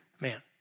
man